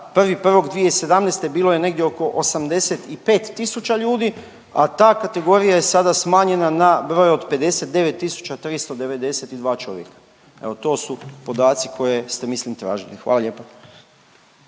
1.1.2017. bilo je negdje oko 85 tisuća ljudi, a ta kategorija je sada smanjena na broj od 59 tisuća 392 čovjeka, evo to su podaci koje ste mislim tražili. Hvala lijepa.